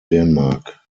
denmark